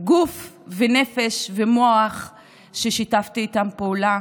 גוף ונפש ומוח ששיתפתי איתו פעולה.